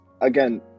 Again